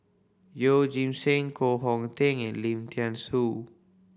Yeoh Ghim Seng Koh Hong Teng and Lim Thean Soo